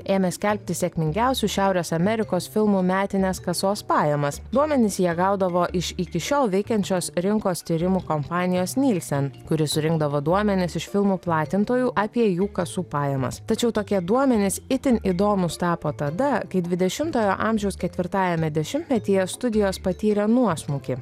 ėmė skelbti sėkmingiausių šiaurės amerikos filmų metines kasos pajamas duomenis jie gaudavo iš iki šiol veikiančios rinkos tyrimų kompanijos nielsen kuri surinkdavo duomenis iš filmų platintojų apie jų kasų pajamas tačiau tokie duomenys itin įdomūs tapo tada kai dvidešimtojo amžiaus ketvirtajame dešimtmetyje studijos patyrė nuosmukį